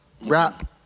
Rap